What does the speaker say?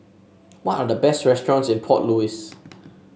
what are the best restaurants in Port Louis